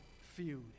feud